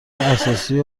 اساسی